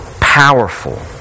Powerful